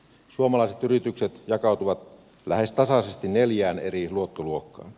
suomalaiset yritykset jakautuvat lähes tasaisesti neljään eri luottoluokkaan